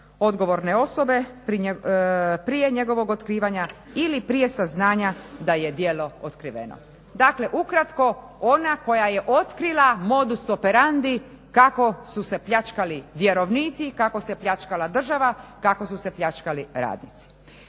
odgovorne osobe prije njegovog otkrivanja ili prije saznanja da je djelo otkriveno. Dakle, ukratko, ona koja je otkrila modus operandi kako su se pljačkali vjerovnici i kako se pljačkala država, kako su se pljačkali radnici.